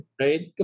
Right